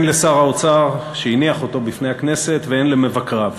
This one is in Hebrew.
הן לשר האוצר שהניח אותו בפני הכנסת והן למבקריו: